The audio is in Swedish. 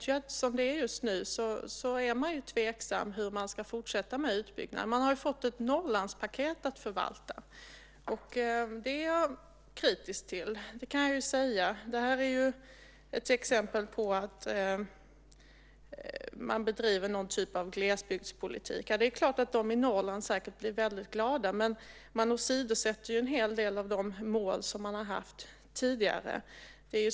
Just nu är man tveksam i fråga om hur man ska fortsätta med utbyggnaden. Man har fått ett Norrlandspaket att förvalta, och det är jag kritisk till. Det är ett exempel på att det bedrivs någon typ av glesbygdspolitik. Det är klart att de i Norrland blir väldigt glada, men man åsidosätter en hel del av de mål som har funnits tidigare.